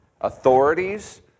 authorities